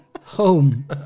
home